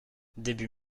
début